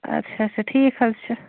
اَدٕ سا اَدٕ سا ٹھیٖک حظ چھُ